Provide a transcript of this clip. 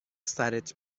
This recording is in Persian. سرت